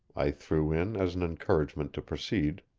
i threw in as an encouragement to proceed.